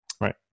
right